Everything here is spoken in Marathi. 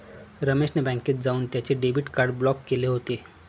रमेश ने बँकेत जाऊन त्याचे डेबिट कार्ड ब्लॉक केले होते